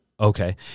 Okay